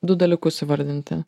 du dalykus įvardinti